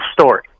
story